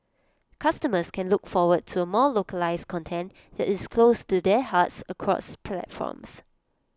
customers can look forward to more localised content that is close to their hearts across platforms